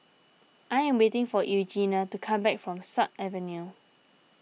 I am waiting for Eugenia to come back from Sut Avenue